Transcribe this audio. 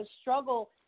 struggle